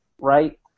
right